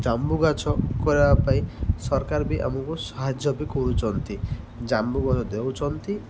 ଜାମୁ ଗଛ କରିବା ପାଇଁ ସରକାର ବି ଆମକୁ ସାହାଯ୍ୟ ବି କରୁଛନ୍ତି ଜାମୁ ଗଛ ଦେଉଛନ୍ତି